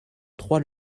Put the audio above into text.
trois